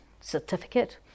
certificate